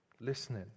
listening